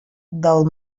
del